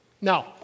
Now